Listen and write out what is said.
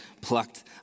plucked